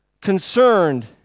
concerned